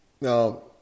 Now